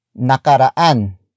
NAKARAAN